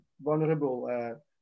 vulnerable